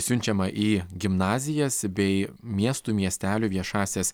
siunčiama į gimnazijas bei miestų miestelių viešąsias